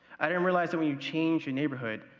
i didn't realize when you change your neighborhood,